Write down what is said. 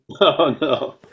no